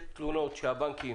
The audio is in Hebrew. יש תלונות שהבנקים